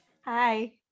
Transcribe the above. Hi